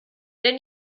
denn